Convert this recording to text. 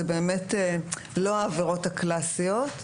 זה באמת לא העבירות הקלאסיות.